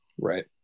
Right